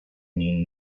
mean